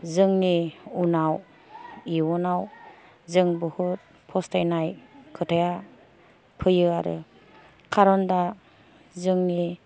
जोंनि उनाव इउनाव जों बुहुथ फसथायनाय खोथाया फैयो आरो कारन दा जोंनि